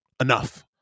enough